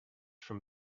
from